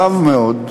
רב מאוד,